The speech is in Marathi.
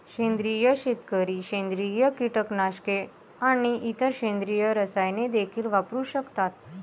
सेंद्रिय शेतकरी सेंद्रिय कीटकनाशके आणि इतर सेंद्रिय रसायने देखील वापरू शकतात